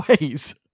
ways